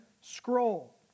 scroll